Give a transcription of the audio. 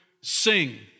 sing